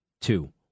Two